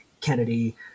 Kennedy